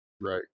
Right